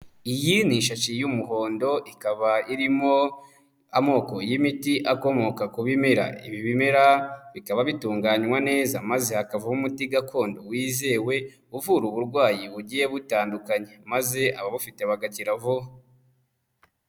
Iyi ni ishashi y'umuhondo, ikaba irimo amoko y'imiti akomoka ku bimera, ibi bimera bikaba bitunganywa neza maze hakavaho umuti gakondo wizewe uvura uburwayi bugiye butandukanye, maze ababufite bagakira vuba.